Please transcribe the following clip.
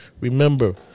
remember